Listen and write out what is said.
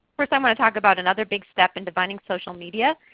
first i'm going to talk about another big step in designing social media.